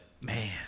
man